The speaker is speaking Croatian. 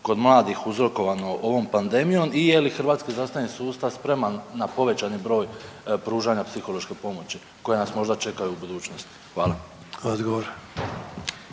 kod mladih uzrokovano ovom pandemijom? I je li hrvatski zdravstveni sustav spreman na povećan broj pružanja psihološke pomoći koja nas možda čeka i u budućnosti? Hvala.